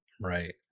Right